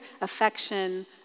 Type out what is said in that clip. affection